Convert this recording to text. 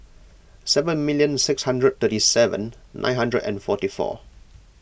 seven million six hundred thirty seven nine hundred and forty four